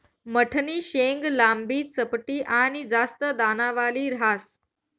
मठनी शेंग लांबी, चपटी आनी जास्त दानावाली ह्रास